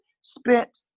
spent